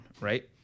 Right